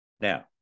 Now